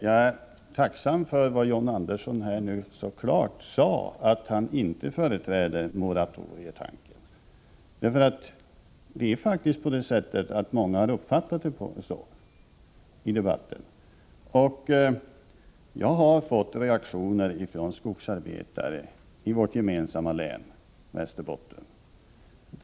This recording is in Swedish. Jag är tacksam för att John Andersson så klart sade att han inte företräder moratorietanken. I debatten har nämligen många uppfattat att John Andersson gjorde det. Jag har fått reaktioner från skogsarbetare i vårt gemensamma hemlän, Västerbotten.